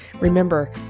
Remember